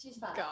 God